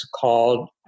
called